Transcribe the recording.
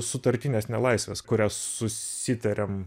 sutartinės nelaisvės kuria susitariam